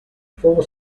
four